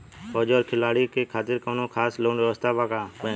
फौजी और खिलाड़ी के खातिर कौनो खास लोन व्यवस्था बा का बैंक में?